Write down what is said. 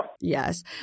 Yes